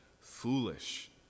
foolish